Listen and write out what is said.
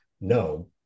No